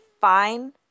fine